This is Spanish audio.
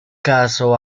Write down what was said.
caso